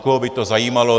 Koho by to zajímalo!